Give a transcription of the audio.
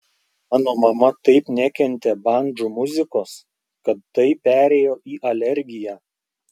mano mama taip nekentė bandžų muzikos kad tai perėjo į alergiją